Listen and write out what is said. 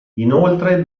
inoltre